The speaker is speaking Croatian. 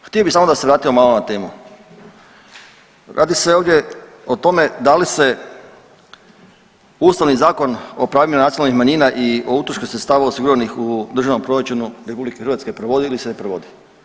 Pa htio bih samo da se vratimo malo na temu, radi se ovdje o tome da li se Ustavni zakon o pravima nacionalnih manjina i o utrošku sredstava osiguranih u Državnom proračunu RH provodi ili se ne provodi.